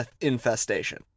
infestation